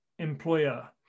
employer